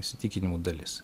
įsitikinimų dalis